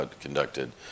conducted